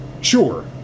Sure